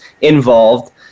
involved